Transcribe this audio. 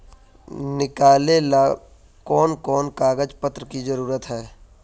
निकाले ला कोन कोन कागज पत्र की जरूरत है?